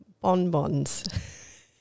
bonbons